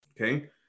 okay